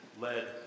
led